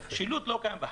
שילוט לא קיים בחנויות.